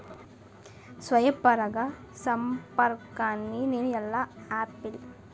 స్వీయ పరాగసంపర్కాన్ని నేను ఎలా ఆపిల్?